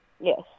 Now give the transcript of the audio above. Yes